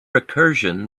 recursion